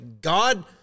God